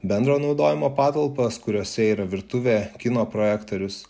bendro naudojimo patalpas kuriose yra virtuvė kino projektorius